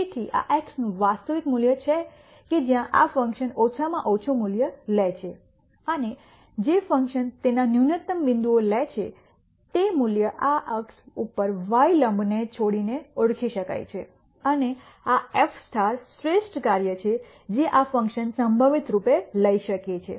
તેથી આ એક્સનું વાસ્તવિક મૂલ્ય છે કે જ્યાં આ ફંકશન ઓછામાં ઓછું મૂલ્ય લે છે અને જે ફંકશન તેના ન્યુનતમ બિંદુએ લે છે તે મૂલ્ય આ અક્ષ ઉપર y લંબને છોડીને ઓળખી શકાય છે અને આ એફ શ્રેષ્ઠ કાર્ય છે જે આ ફંકશન સંભવિત રૂપે લઈ શકે છે